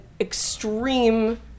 extreme